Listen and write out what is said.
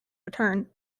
return